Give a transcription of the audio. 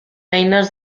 eines